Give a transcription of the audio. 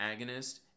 agonist